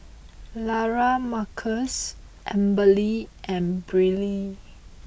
Lamarcus Amberly and Brielle